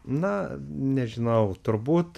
na nežinau turbūt